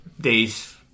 days